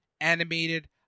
animated